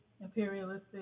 imperialistic